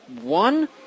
one